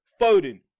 Foden